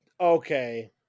Okay